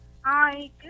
Hi